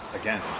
again